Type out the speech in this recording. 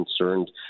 concerned